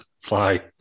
fly